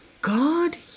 God